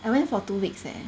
I went for two weeks leh